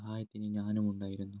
സഹായത്തിന് ഞാനും ഉണ്ടായിരുന്നു